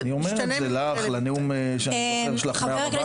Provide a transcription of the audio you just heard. אני אומר את זה לך, לנאום שלך על הר הבית,